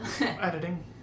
Editing